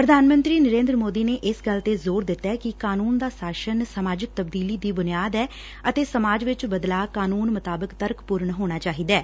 ਪ੍ਰਧਾਨ ਮੰਤਰੀ ਨਰੇਂਦਰ ਮੋਦੀ ਨੇ ਇਸ ਗੱਲ ਤੇ ਜ਼ੋਰ ਦਿੱਤੈ ਕਿ ਕਾਨੁੰਨ ਦਾ ਸ਼ਾਸਨ ਸਮਾਜਿਕ ਤਬਦੀਲੀ ਦੀ ਬੁਨਿਆਦ ਐ ਅਤੇ ਸਮਾਜ ਵਿਚ ਬਦਲਾਅ ਕਾਨੁੰਨ ਮੁਤਾਬਿਕ ਤਰਕੰਪੁਰਨ ਹੋਣਾ ਚਾਹੀਦੈ